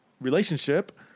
relationship